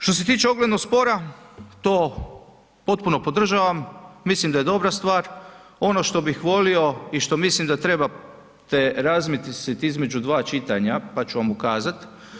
Što se tiče oglednog spora to potpuno podržavam, mislim da je dobra stvar, ono što bih volio i što mislim da trebate razmisliti između dva čitanja pa ću vam ukazat.